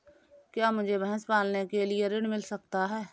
क्या मुझे भैंस पालने के लिए ऋण मिल सकता है?